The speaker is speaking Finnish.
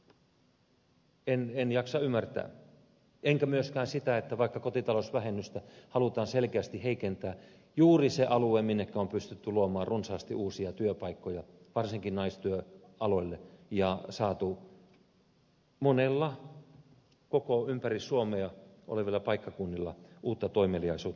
en jaksa ymmärtää sitä enkä myöskään sitä että vaikkapa kotitalousvähennystä halutaan selkeästi heikentää juuri sitä aluetta minnekä on pystytty luomaan runsaasti uusia työpaikkoja varsinkin naistyöaloille ja saatu monilla ympäri suomea olevilla paikkakunnilla uutta toimeliaisuutta aikaan